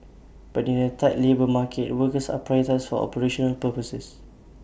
but in A tight labour market workers are prioritised for operational purposes